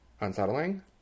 Unsettling